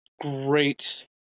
great